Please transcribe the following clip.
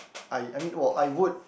I I mean [wah] I would